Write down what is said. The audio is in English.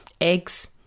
eggs